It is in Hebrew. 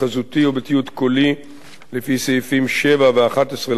או בתיעוד קולי לפי סעיפים 7 ו-11 לחוק